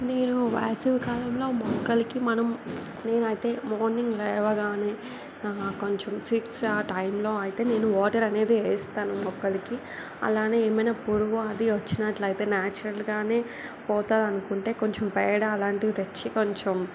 నేను వేసవి కాలంలో మొక్కలకి మనం నేనైతే మార్నింగ్ లేవగానే కొంచెం సిక్స్ ఆ టైమ్లో అయితే నేను వాటర్ అనేది వేస్తాను మొక్కలకి అలానే ఏమైనా పురుగు అది వచ్చినట్లయితే న్యాచురల్గానే పోతుంది అనుకుంటే కొంచెం పేడా అలాంటివి తెచ్చి కొంచెం